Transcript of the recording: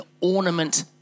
ornament